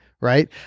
Right